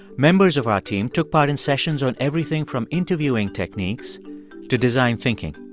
members of our team took part in sessions on everything from interviewing techniques to designed thinking.